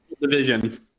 division